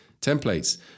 templates